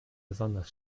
besonders